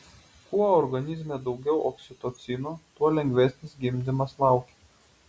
kuo organizme daugiau oksitocino tuo lengvesnis gimdymas laukia